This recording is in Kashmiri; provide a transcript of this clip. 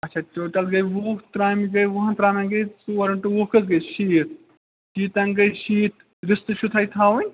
آچھا ٹوٹَل گٔے وُہ ترٛامہِ گٔے وُہَن ترٛامیٚن گٔے ژور اِن ٹُو وُہ کٔژ گٔے شیٖتھ شیٖتَن گٔے شیٖتھ رِستہٕ چھُو تۄہہِ تھاوٕنۍ